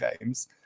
games